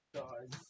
God